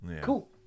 cool